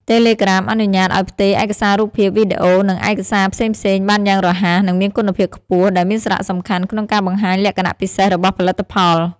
តេឡេក្រាមអនុញ្ញាតឱ្យផ្ទេរឯកសាររូបភាព វីដេអូ និងឯកសារផ្សេងៗបានយ៉ាងរហ័ស និងមានគុណភាពខ្ពស់ ដែលមានសារៈសំខាន់ក្នុងការបង្ហាញលក្ខណៈពិសេសរបស់ផលិតផល។